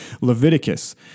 Leviticus